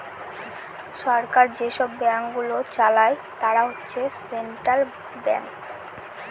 সরকার যেসব ব্যাঙ্কগুলো চালায় তারা হচ্ছে সেন্ট্রাল ব্যাঙ্কস